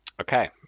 Okay